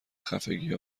خفگی